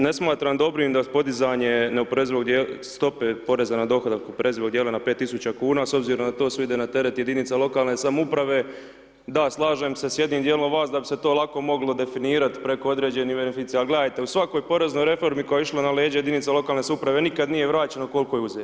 Ne smatram dobrim podizanje neoporezivog stope poreza na dohodak neoporezivog dijela na 5.000 kuna s obzirom da to sve to ide na teret jedinica lokalne samouprave, da slažem s jednim dijelom vas da bi se to lako moglo definirat preko određenih beneficija ali gledajte u svakoj poreznoj reformi koja je išla na leđa jedinica lokalne samouprave nikad nije vraćeno koliko je uzeto.